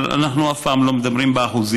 אבל אנחנו אף פעם לא מדברים באחוזים.